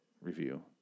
review